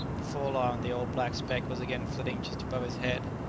before long the old black speck was again flitting just above his head.